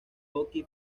hockey